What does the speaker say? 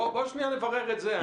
בוא שנייה נברר את זה.